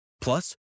Plus